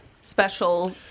Special